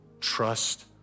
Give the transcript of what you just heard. Trust